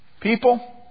People